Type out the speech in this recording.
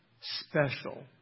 special